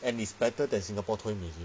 and is better than singapore toy museum